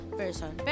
person